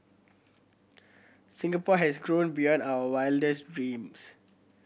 Singapore has grown beyond our wildest dreams